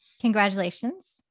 Congratulations